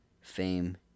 fame